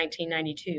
1992